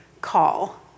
call